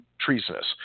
treasonous